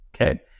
Okay